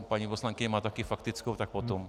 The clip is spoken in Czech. Paní poslankyně má taky faktickou, tak potom.